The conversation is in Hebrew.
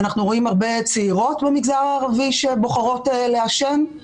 ואנחנו רואים הרבה צעירות במגזר הערבי שבוחרות לעשן.